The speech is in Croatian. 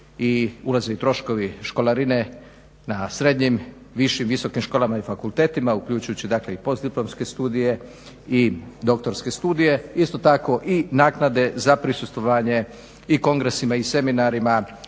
ulaze i troškovi školarine na srednjim, višim, visokim školama i fakultetima uključujući dakle i postdiplomske studije i doktorske studije. Isto tako i naknade za prisustvovanje i kongresima i seminarima,